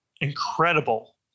incredible